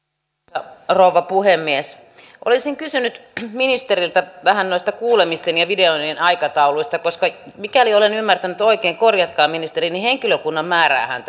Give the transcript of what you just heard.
arvoisa rouva puhemies olisin kysynyt ministeriltä vähän noista kuulemisten ja videoinnin aikatauluista koska mikäli olen ymmärtänyt oikein korjatkaa ministeri niin henkilökunnan määräähän